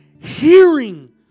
hearing